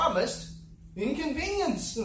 inconvenience